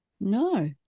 No